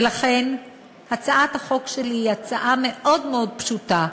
ולכן הצעת החוק שלי היא הצעה מאוד מאוד פשוטה.